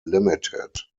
limited